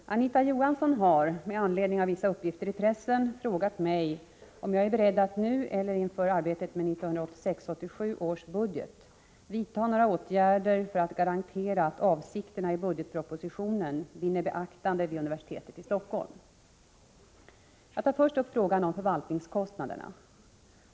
Fru talman! Anita Johansson har, med anledning av vissa uppgifter i pressen, frågat mig om jag är beredd att nu eller inför arbetet med 1986/87 års budget vidta några åtgärder för att garantera att avsikterna i budgetpropositionen vinner beaktande vid universitetet i Stockholm. Jag tar först upp frågan om förvaltningskostnaderna.